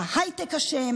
ההייטק אשם,